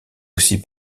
aussi